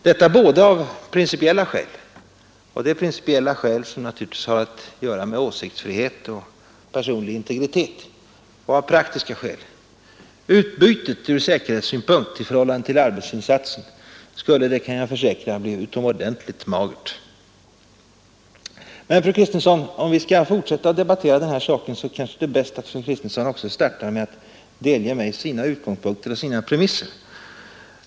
Detta både av principiella skäl — som siktsfrihet och personlig integritet — och av erhetssynpunkt i förhållande till arbetsin naturligtvis har att göra med å praktiska skäl. Utbytet ur s satsen skulle, det kan jag försäkra, bli utomordentligt magert. Om vi skall fortsätta att debattera den här saken kanske det är bäst att fru Kristensson också startar med att delge mig sina utgångspunkter och sina premisser.